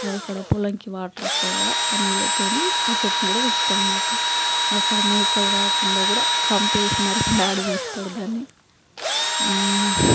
బావికాడ పొలంకి వాటర్ వస్తాయి కదా ఆ నీళ్లతోని ఆ చెట్టుని కూడా పెంచుతాం అనమాట అక్కడ మేకలు రాకుండా కూడ కంప వేసి మరీ మా డాడీ పెంచుతాడు దాన్ని